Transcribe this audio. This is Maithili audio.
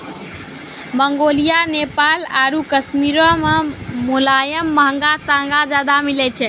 मंगोलिया, नेपाल आरु कश्मीरो मे मोलायम महंगा तागा ज्यादा मिलै छै